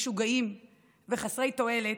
משוגעים וחסרי תועלת,